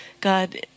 God